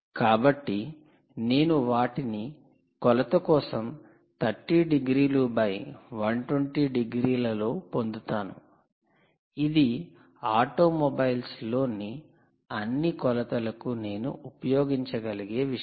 కాబట్టి నేను వాటిని కొలత కోసం 30 డిగ్రీల × 120 డిగ్రీలలో పొందుతాను ఇది ఆటోమొబైల్స్లోని అన్ని కొలతలకు నేను ఉపయోగించగలిగే విషయం